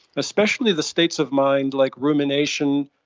especially the states of mind like rumination,